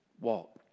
walk